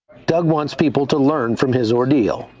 doug wants people to learn from his ordeal.